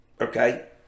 okay